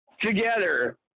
together